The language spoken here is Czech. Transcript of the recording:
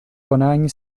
konání